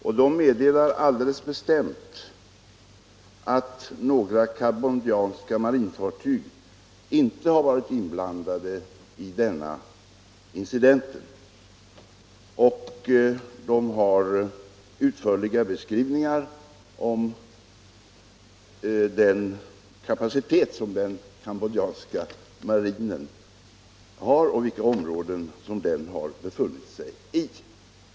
Man meddelar alldeles bestämt att några cambodjanska marinfartyg inte varit inblandade i denna incident, ger utförliga beskrivningar över den kapacitet som den cambodjanska marinen har och vilka områden den befunnit sig i.